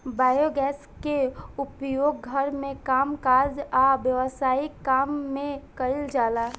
biogas के उपयोग घर के कामकाज आ व्यवसायिक काम में कइल जाला